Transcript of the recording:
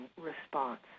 response